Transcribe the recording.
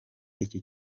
iki